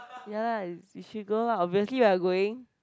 ya lah you should go lah obviously you're going